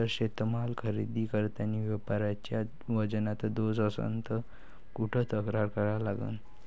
जर शेतीमाल खरेदी करतांनी व्यापाऱ्याच्या वजनात दोष असन त कुठ तक्रार करा लागन?